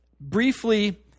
briefly